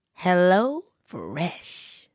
HelloFresh